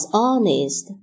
honest